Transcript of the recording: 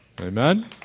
Amen